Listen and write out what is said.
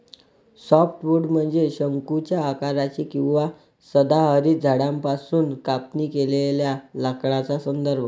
softwood म्हणजे शंकूच्या आकाराचे किंवा सदाहरित झाडांपासून कापणी केलेल्या लाकडाचा संदर्भ